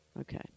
Okay